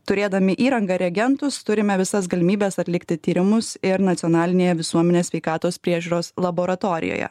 turėdami įrangą reagentus turime visas galimybes atlikti tyrimus ir nacionalinėje visuomenės sveikatos priežiūros laboratorijoje